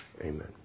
Amen